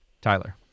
Tyler